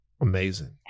Amazing